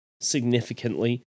significantly